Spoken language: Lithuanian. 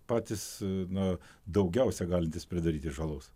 patys na daugiausia galintys pridaryti žalos